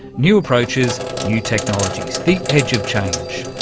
new approaches, new technologies, the edge of change.